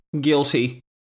guilty